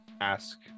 ask